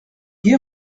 gué